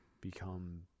become